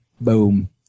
Boom